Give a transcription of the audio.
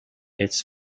its